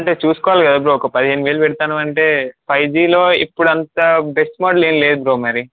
అంటే చూసుకోవాలి కదా బ్రో ఒక పదిహేను వేలు పెడతాను అంటే ఫైవ్ జీలో ఇప్పుడు అంత బెస్ట్ మోడల్ ఏమి లేదు బ్రో మరి